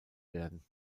werden